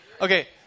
okay